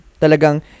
Talagang